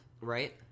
Right